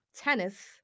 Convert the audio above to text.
tennis